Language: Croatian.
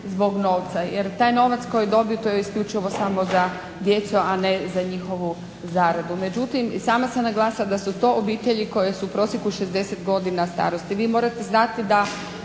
zbog novca, jer taj novac koji dobiju to je isključivo samo za djecu a ne za njihovu zaradu. Međutim, i sama sam naglasila da su to obitelji koje su u prosjeku 60 godina starosti. Vi morate znati da